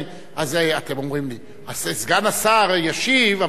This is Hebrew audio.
אתם אומרים לי שסגן השר ישיב,